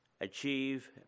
achieve